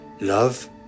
Love